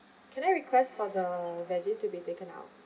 can I request for the veggie to be taken out